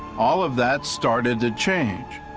all of that started to change.